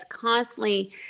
constantly